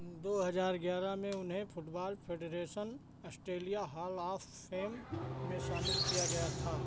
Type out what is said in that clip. दो हज़ार ग्यारह में उन्हें football federation Australia hall of fame में शामिल किया गया था